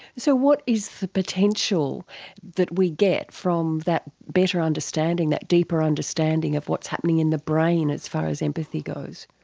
so what is the potential that we get from that better understanding, that deeper understanding of what's happening in the brain as far as empathy goes?